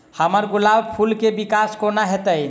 हम्मर गुलाब फूल केँ विकास कोना हेतै?